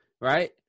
right